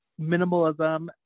minimalism